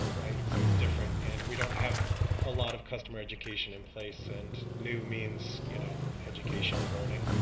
right, so it's different. and we don't have a lot of customer education in place and new means you know education and learning.